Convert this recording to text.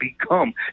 become